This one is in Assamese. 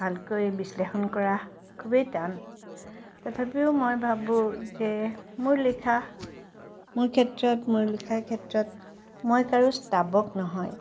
ভালকৈ বিশ্লেষণ কৰা খুবেই টান তথাপিও মই ভাবোঁ যে মোৰ লিখা মোৰ ক্ষেত্ৰত মোৰ লিখাৰ ক্ষেত্ৰত মই কাৰো স্তাৱক নহয়